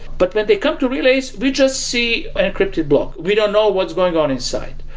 but when they come to relays, we just see an encrypted block. we don't know what's going on inside.